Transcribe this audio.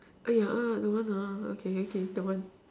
!aiya! don't want lah okay okay don't want